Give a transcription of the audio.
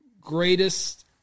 greatest